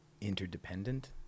interdependent